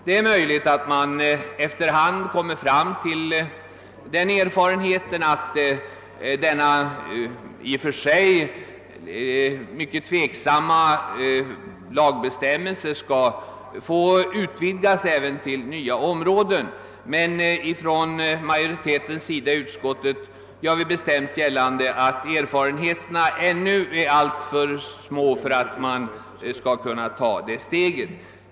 Det är möjligt att erfarenheterna efter hand kommer att visa att denna i och för sig diskutabla lagbestämmelse bör utvidgas till att avse även nya områden, men utskottsmajoriteten gör bestämt gällande att det ännu inte föreligger några erfarenheter som motiverar en ändring.